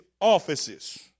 offices